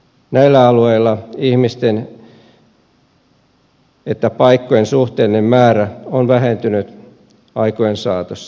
näillä alueilla sekä ihmisten että paikkojen suhteellinen määrä on vähentynyt aikojen saatossa